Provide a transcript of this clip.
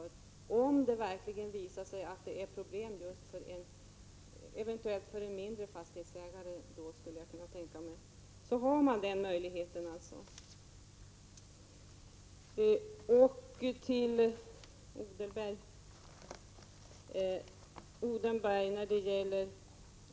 Om det verkligen visar sig vara problem, t.ex. för ägare till mindre fastigheter, finns det således en sådan möjlighet. Mikael Odenberg nämner SBC.